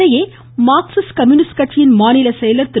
இதனிடையே Marxist communist கட்சியின் மாநிலச் செயலர் திரு